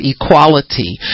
equality